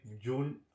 June